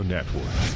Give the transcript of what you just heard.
Network